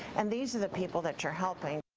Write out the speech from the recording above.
and these are the people that you're helping.